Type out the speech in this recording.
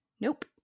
Nope